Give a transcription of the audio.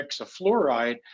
hexafluoride